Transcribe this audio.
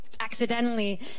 accidentally